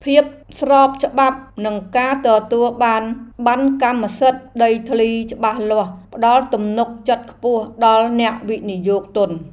ភាពស្របច្បាប់និងការទទួលបានប័ណ្ណកម្មសិទ្ធិដីធ្លីច្បាស់លាស់ផ្តល់ទំនុកចិត្តខ្ពស់ដល់អ្នកវិនិយោគទុន។